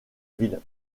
ville